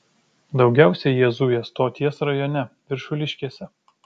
daugiausiai jie zuja stoties rajone viršuliškėse